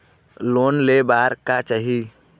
Loan ले बार का चाही?